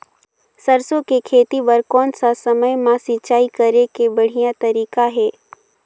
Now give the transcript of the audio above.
सरसो के खेती बार कोन सा समय मां सिंचाई करे के बढ़िया तारीक हे?